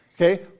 Okay